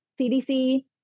CDC